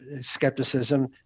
skepticism